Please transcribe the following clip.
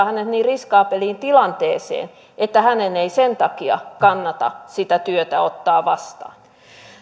hänet niin riskaabeliin tilanteeseen että hänen ei sen takia kannata sitä työtä ottaa vastaan